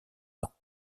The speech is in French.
ans